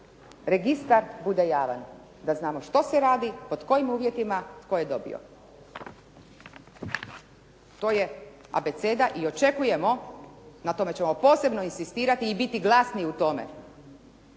registar bude javan, da znamo što se radi, pod kojim uvjetima, tko je dobio. To je abeceda i očekujemo, na tome ćemo posebno inzistirati i biti glasni u tome